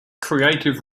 creative